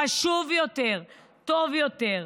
חשוב יותר, טוב יותר.